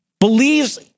Believes